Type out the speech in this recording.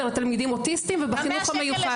לתלמידים אוטיסטים ובחינוך המיוחד.